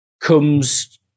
comes